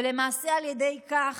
למעשה, על ידי כך,